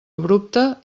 abrupte